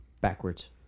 Backwards